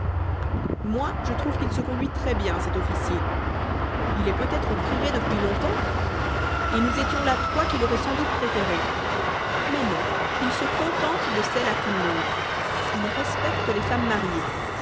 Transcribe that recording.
moi je trouve qu'il se conduit très bien cet officier il est peut-être privé depuis longtemps et nous étions là trois qu'il aurait sans doute préférées mais non il se contente de celle à tout le monde il respecte les femmes mariées